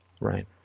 Right